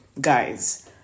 guys